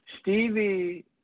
Stevie